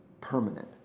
permanent